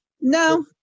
No